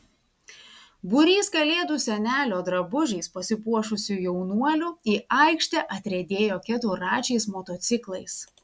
būrys kalėdų senelio drabužiais pasipuošusių jaunuolių į aikštę atriedėjo keturračiais motociklais